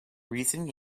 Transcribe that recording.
recent